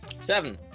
Seven